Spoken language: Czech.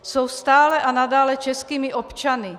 Jsou stále a nadále českými občany.